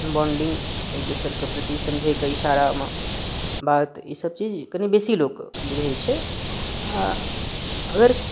bonding एक दोसर के प्रति समझै कऽ इशारा मे बात ई सब चीज कनी बेसी लोक बुझै छै आ अगर